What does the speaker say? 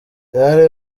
gare